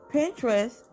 Pinterest